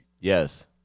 yes